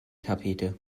tapete